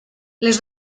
les